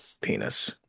penis